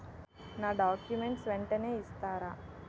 నా డాక్యుమెంట్స్ వెంటనే ఇస్తారా?